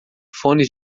fones